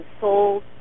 sold